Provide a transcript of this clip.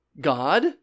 God